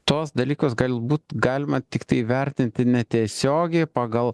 tuos dalykus galbūt galima tiktai vertinti netiesiogiai pagal